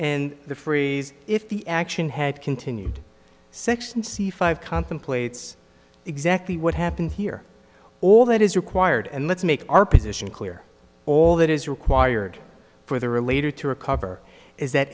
and the freeze if the action had continued sixty five contemplates exactly what happened here all that is required and let's make our position clear all that is required for the relator to recover is that